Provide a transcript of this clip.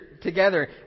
together